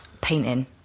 painting